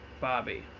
Bobby